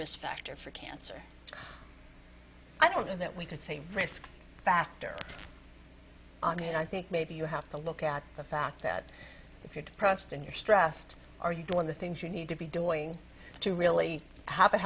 risk factor for cancer i don't know that we could say risk factor i mean i think maybe you have to look at the fact that if you're depressed and you're stressed are you doing the things you need to be doing to really have a